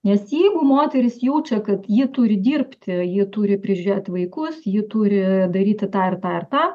nes jeigu moteris jaučia kad ji turi dirbti ji turi prižiūrėt vaikus ji turi daryti tą ir tą ir tą